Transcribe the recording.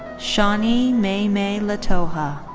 shani mei mei letoha.